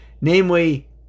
Namely